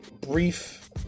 brief